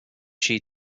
she